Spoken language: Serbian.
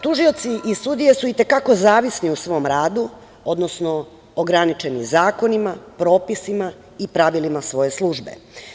Tužioci i sudije su i te kako zavisni u svom radu, odnosno ograničeni zakonima, propisima i pravilima svoje službe.